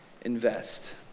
invest